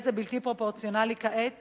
יהיה זה בלתי פרופורציונלי כעת